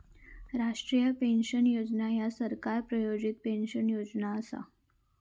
राष्ट्रीय पेन्शन योजना ह्या सरकार प्रायोजित पेन्शन योजना असा